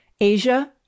Asia